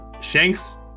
shanks